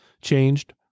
changed